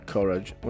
Courage